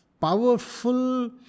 powerful